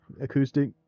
acoustic